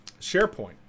SharePoint